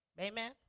Amen